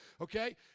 Okay